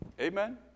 amen